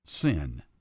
Sin